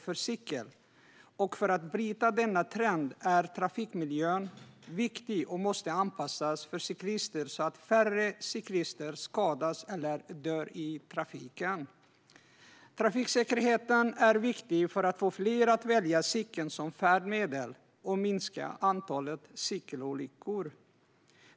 För att bryta denna trend är trafikmiljön viktig och måste anpassas för cyklister så att färre cyklister skadas eller dör i trafiken. Trafiksäkerheten är viktig för att få fler att välja cykeln som färdmedel och minska antalet cykelolyckor.